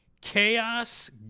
chaos